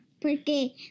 Porque